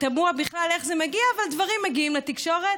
תמוה בכלל איך זה מגיע, אבל דברים מגיעים לתקשורת,